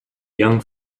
young